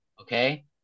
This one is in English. okay